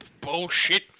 bullshit